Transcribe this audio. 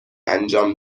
انجام